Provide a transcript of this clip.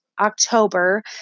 October